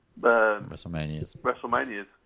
WrestleManias